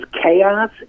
chaos